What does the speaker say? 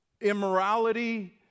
immorality